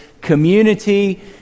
community